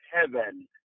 heaven